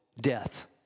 death